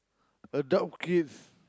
adult kids